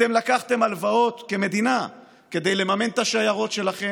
אתם לקחתם הלוואות כמדינה כדי לממן את השיירות שלכם,